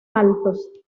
altos